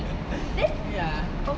ya